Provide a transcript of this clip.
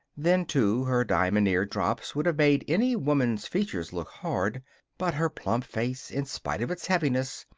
then, too, her diamond eardrops would have made any woman's features look hard but her plump face, in spite of its heaviness,